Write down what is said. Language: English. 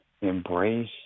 embrace